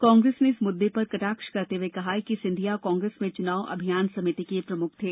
कांग्रेस ने इस मुद्दे पर कटाक्ष करते हुए कहा है कि सिंधिया कांग्रेस में चुनाव अभियान समिति के प्रमुख थे